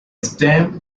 stem